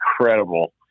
incredible